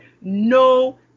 no